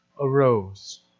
arose